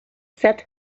sed